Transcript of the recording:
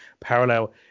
parallel